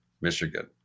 Michigan